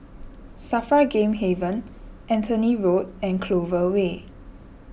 Safra Game Haven Anthony Road and Clover Way